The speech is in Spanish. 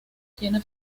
tiene